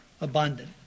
Abundant